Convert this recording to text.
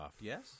yes